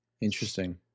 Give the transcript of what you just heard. Interesting